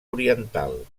oriental